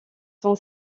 sont